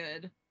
good